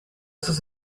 sus